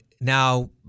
Now